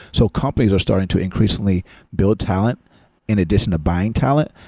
so companies are starting to increasingly build talent in addition to buying talent.